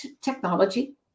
technology